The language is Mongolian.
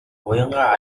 уянгаа